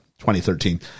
2013